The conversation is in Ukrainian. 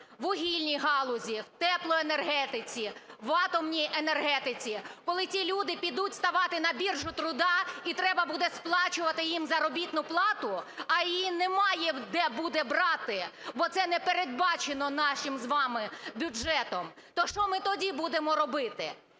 вугільній галузі, в теплоенергетиці, в атомній енергетиці, коли ті люди підуть ставати на біржу труда і треба буде сплачувати їм заробітну плату, а її немає де буде брати, бо це не передбачено нашим з вами бюджетом, то що ми тоді будемо робити?